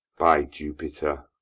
by jupiter,